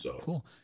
cool